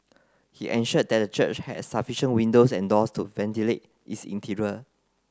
he ensured that the church had sufficient windows and doors to ventilate its interior